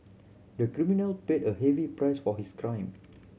the criminal paid a heavy price for his crime